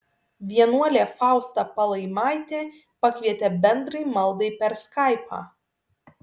vienuolė fausta palaimaitė pakvietė bendrai maldai per skaipą